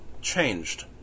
changed